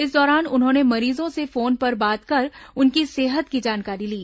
इस दौरान उन्होंने मरीजों से फोन पर बात कर उनकी सेहत की जानकारी ली